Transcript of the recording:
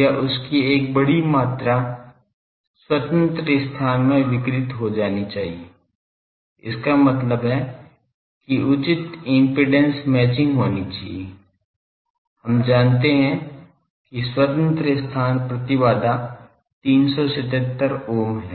या उसकी एक बड़ी मात्रा स्वतंत्र स्थान में विकिरित हो जानी चाहिए इसका मतलब है कि उचित इम्पीडेन्स मैचिंग होनी चाहिए हम जानते हैं कि स्वतंत्र स्थान प्रतिबाधा 377 ओम है